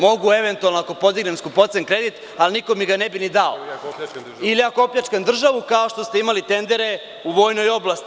Mogu eventualno ako podignem skupocen kredit, ali niko mi ga ne bi ni dao, ili ako opljačkam državu, kao što ste imali tendere u vojnoj oblasti.